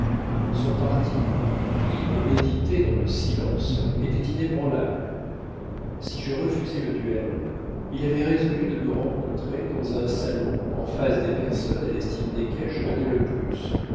son parti pris et médité dans le silence était inébranlable si je refusais le duel il avait résolu de me rencontrer dans un salon en face des personnes à l'estime desquelles je tenais le plus